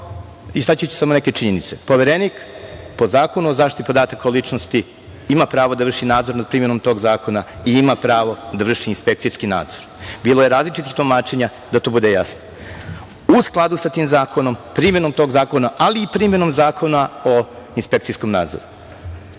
istaći ću samo neke činjenice. Poverenik po Zakonu o zaštiti podataka o ličnosti ima pravo da vrši nadzor nad primenom tog zakona i ima pravo da vrši inspekcijski nadzor, bilo je različitih tumačenja, da to bude jasno, u skladu sa tim zakonom, primenom tog zakona, ali i primenom Zakona o inspekcijskom nadzoru. Vršeći